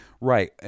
Right